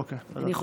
אוקיי.